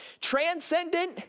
transcendent